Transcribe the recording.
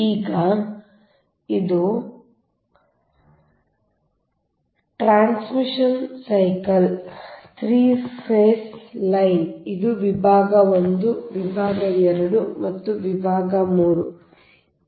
ಈಗ ಇದು transmission cycle 3 phase line ಇದು ವಿಭಾಗ 1 ಇದು ವಿಭಾಗ 2 ಮತ್ತು ಇದು ವಿಭಾಗ 3